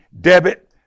debit